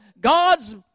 God's